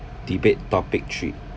debate topic three